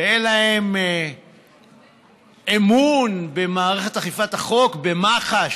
ואין להם אמון במערכת אכיפת החוק, במח"ש.